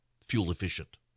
fuel-efficient